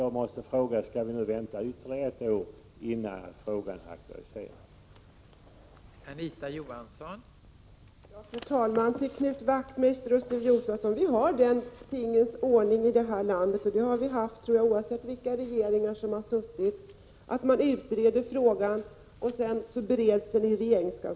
Jag måste fråga: Skall vi nu vänta ytterligare ett år innan frågan aktualiseras igen?